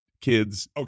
Kids